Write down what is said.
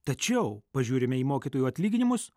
tačiau pažiūrime į mokytojų atlyginimus